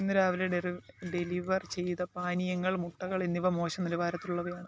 ഇന്ന് രാവിലെ ഡെലിവർ ചെയ്ത പാനീയങ്ങൾ മുട്ടകൾ എന്നിവ മോശം നിലവാരത്തിലുള്ളവയാണ്